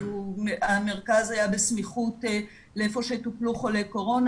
המרכז היה בסמיכות לאיפה שטופלו חולי קורונה,